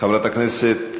חבר הכנסת